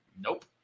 Nope